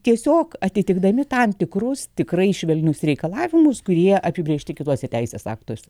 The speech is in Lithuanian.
tiesiog atitikdami tam tikrus tikrai švelnius reikalavimus kurie apibrėžti kituose teisės aktuose